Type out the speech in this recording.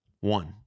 One